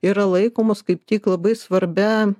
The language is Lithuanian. yra laikomos kaip tik labai svarbia